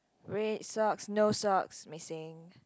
red socks no socks missing